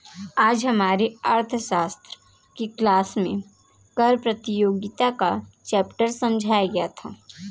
आज हमारी अर्थशास्त्र की क्लास में कर प्रतियोगिता का चैप्टर समझाया गया था